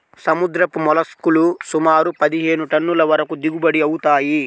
సముద్రపు మోల్లస్క్ లు సుమారు పదిహేను టన్నుల వరకు దిగుబడి అవుతాయి